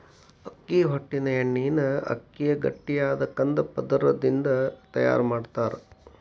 ಅಕ್ಕಿ ಹೊಟ್ಟಿನ ಎಣ್ಣಿನ ಅಕ್ಕಿಯ ಗಟ್ಟಿಯಾದ ಕಂದ ಪದರದಿಂದ ತಯಾರ್ ಮಾಡ್ತಾರ